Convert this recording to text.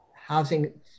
housing